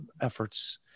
efforts